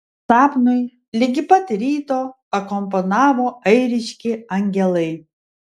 sapnui ligi pat ryto akompanavo airiški angelai